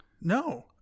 No